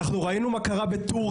אנחנו ראינו מה קרה בטורקיה,